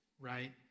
right